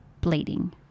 bleeding